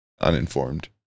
uninformed